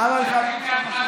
תתחיל מהתחלה.